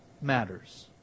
matters